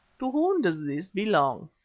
to whom does this belong?